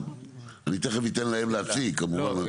אני תיכף אתן להם להציג כמובן.